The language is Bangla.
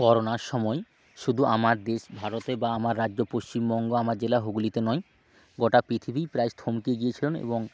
করোনার সময় শুধু আমার দেশ ভারতে বা আমার রাজ্য পশ্চিমবঙ্গ আমার জেলা হুগলিতে নয় গোটা পৃথিবীই প্রায় থমকে গিয়েছিল এবং